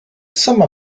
sama